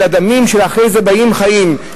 אלא דמים שאחרי זה באים חיים,